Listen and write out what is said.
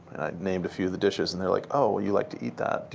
named a few of the dishes. and they're like, oh, you like to eat that.